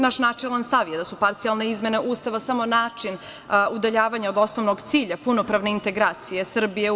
Naš načelan stav je da su parcijalne izmene Ustava samo način udaljavanja od osnovnog cilja - punopravne integracije Srbije u EU.